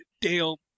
Dale